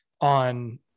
on